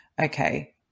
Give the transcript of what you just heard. Okay